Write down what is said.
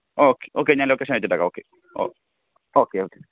okay okay ഞാന് location അയച്ചിട്ടേക്കാം okay ഓ ഓക്കെ ഓക്കെ